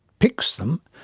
picks them,